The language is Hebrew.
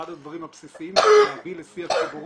אחד הדברים הבסיסיים זה להביא לשיח ציבורי,